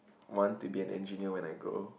want to be an engineer when I grow